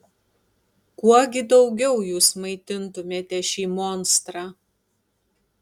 kuo gi daugiau jūs maitintumėte šį monstrą